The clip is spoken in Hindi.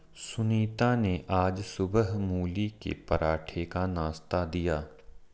सुनीता ने आज सुबह मूली के पराठे का नाश्ता दिया